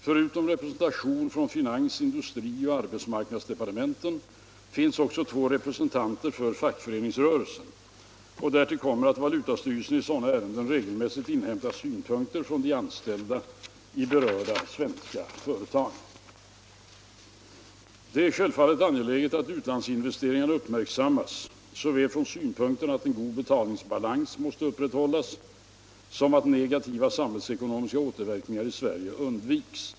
Förutom representation från finans-, industrioch arbetsmarknadsdepartementen finns också två representanter för fackföreningsrörelsen. Därtill kommer att valutastyrelsen i sådana ärenden regelmässigt inhämtar synpunkter från de anställda i berörda svenska företag. Det är självfallet angeläget att utlandsinvesteringarna uppmärksammas såväl från synpunkten att en god betalningsbalans måste upprätthållas som att negativa samhällsekonomiska återverkningar i Sverige undviks.